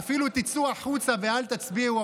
ואפילו תצאו החוצה ואל תצביעו,